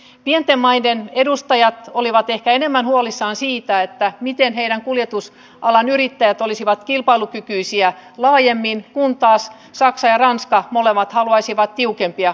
pienten maiden edustajat olivat ehkä enemmän huolissaan siitä miten heidän kuljetusalan yrittäjänsä olisivat kilpailukykyisiä laajemmin kun taas saksa ja ranska molemmat haluaisivat tiukempia kabotaasisääntöjä